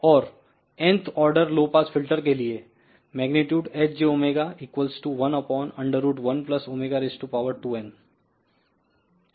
और nth order low pass filter के लिए Hjω112n ठीक है